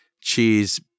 cheese